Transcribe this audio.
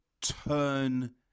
turn